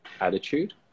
attitude